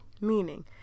meaning